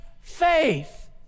faith